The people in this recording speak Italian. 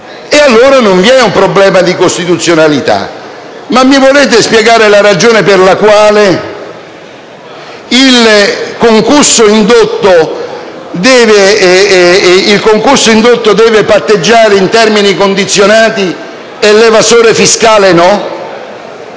caso non vi è un problema di costituzionalità. Ma mi volete spiegare la ragione per la quale il concusso indotto deve patteggiare in termini condizionati e l'evasore fiscale no?